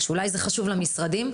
שאולי זה חשוב למשרדים,